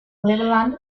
cleveland